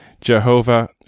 Jehovah